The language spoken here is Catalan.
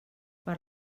per